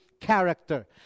Character